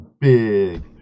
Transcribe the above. big